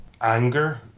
anger